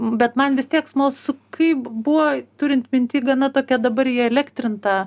bet man vis tiek smalsu kaip buvo turint minty gana tokią dabar įelektrintą